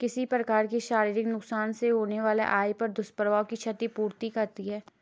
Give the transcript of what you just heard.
किसी प्रकार का शारीरिक नुकसान से होने वाला आय पर दुष्प्रभाव की क्षति पूर्ति करती है